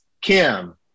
Kim